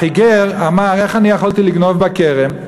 החיגר אמר, איך אני יכולתי לגנוב בכרם?